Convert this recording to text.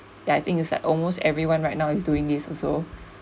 ya I think is like almost everyone right now is doing this also